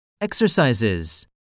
Exercises